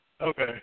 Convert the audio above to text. Okay